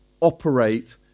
operate